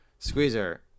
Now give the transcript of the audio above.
Squeezer